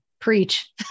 Preach